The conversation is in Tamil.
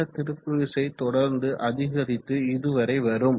அந்த திருப்பு விசை தொடர்ந்து அதிகரித்து இதுவரை வரும்